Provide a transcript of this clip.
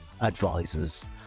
advisors